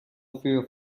fear